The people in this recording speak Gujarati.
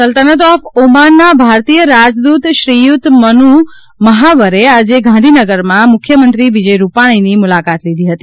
સલ્તનત ઓફ ઓમાનના ભારતીય રાજદૂત શ્રીયુત મુનુ મહાવરે આજે ગાંધીનગરમાં મુખ્યમંત્રી વિજય રૂપાણીની મુલાકાત લીધી હતી